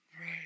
Right